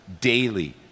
daily